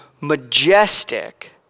majestic